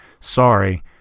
sorry